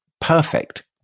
perfect